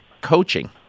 coaching